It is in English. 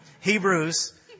Hebrews